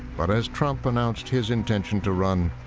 but as trump announced his intention to run,